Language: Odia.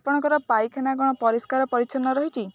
ଆପଣଙ୍କର ପାଇଖାନା କ'ଣ ପରିଷ୍କାର ପରିଚ୍ଛନ୍ନ ରହିଛି